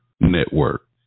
Network